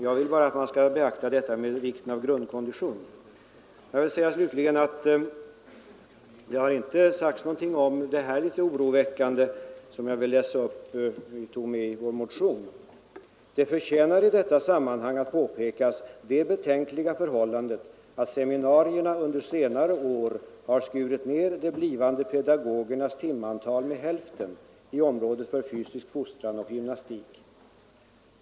Jag vill bara att man skall beakta vikten av en bättre grundkondition. Jag vill slutligen påpeka att utskottet inte sagt något om följande litet oroväckande avsnitt i vår motion: ”Det förtjänar i detta sammanhang att påpekas det betänkliga förhållandet att seminarierna under senare år har skurit ned de blivande pedagogernas timantal med hälften” .